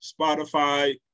Spotify